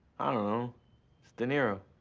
i don't know, it's de niro.